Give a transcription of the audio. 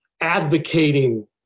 advocating